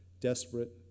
desperate